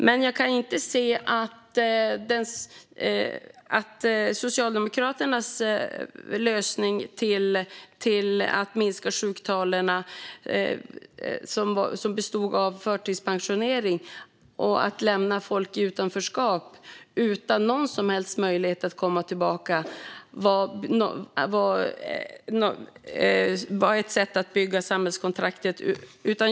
Men jag kan inte se att Socialdemokraternas lösning för att minska sjuktalen, som bestod av förtidspensionering och av att lämna folk i utanförskap utan någon som helst möjlighet att komma tillbaka, var ett sätt att bygga samhällskontraktet.